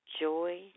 Joy